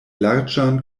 larĝan